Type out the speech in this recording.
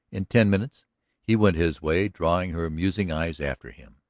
in ten minutes he went his way, drawing her musing eyes after him.